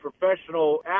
professional